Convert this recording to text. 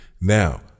Now